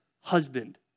husband